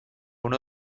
uno